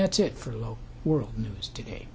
that's it for low world news today